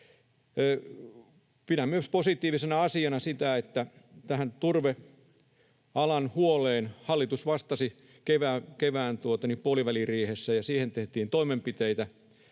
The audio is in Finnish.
Pidän myös positiivisena asiana sitä, että turvealan huoleen hallitus vastasi kevään puoliväliriihessä ja siihen tehtiin toimenpiteitä